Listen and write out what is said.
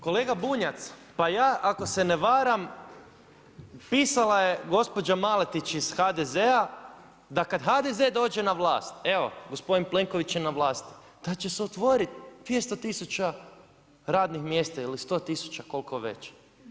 Kolega Bunjac, pa ja ako se ne varam pisala je gospođa Maletić iz HZ-a da kad HDZ dođe na vlast, evo gospodin Plenković je na vlasti, da će se otvoriti 200 000 radnih mjesta ili 100 000, koliko već.